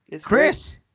Chris